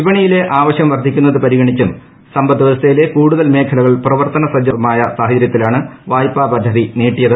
വിപണിയിലെ ആവശ്യം വർദ്ധിക്കുന്നത് പരിഗണിച്ചും സമ്പദ് വ്യവസ്ഥയിലെ കൂടുതൽ മേഖലകൾ പ്രവർത്തന സജ്ജമായതുമായ സാഹചര്യത്തിലാണ് വായ്പാപദ്ധതി നീട്ടിയത്